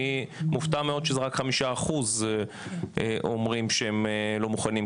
אני מופתע מאוד שזה רק 5% שלא מוכנים,